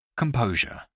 composure